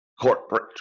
corporate